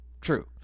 True